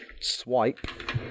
swipe